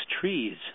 trees